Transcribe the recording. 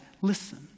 listen